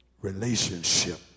relationship